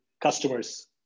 customers